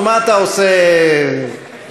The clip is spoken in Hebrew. נו, מה אתה עושה, באמת.